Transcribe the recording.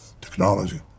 technology